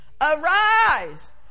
Arise